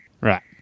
Right